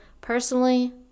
personally